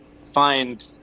find